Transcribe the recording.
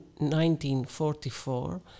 1944